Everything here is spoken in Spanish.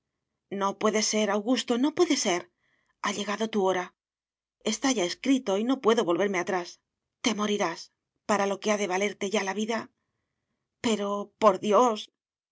no puede ser augusto no puede ser ha llegado tu hora está ya escrito y no puedo volverme atrás te morirás para lo que ha de valerte ya la vida pero por dios